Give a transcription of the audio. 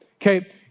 Okay